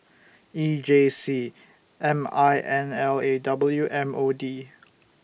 E J C M I N L A W M O D